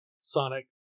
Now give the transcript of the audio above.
Sonic